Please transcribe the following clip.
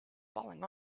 falling